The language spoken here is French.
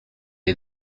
est